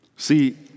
See